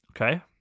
Okay